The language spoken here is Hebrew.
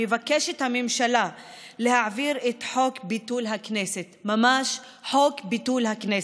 מבקשת הממשלה להעביר את חוק ביטול הכנסת,